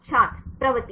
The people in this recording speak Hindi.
छात्र प्रवृत्ति